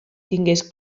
tingués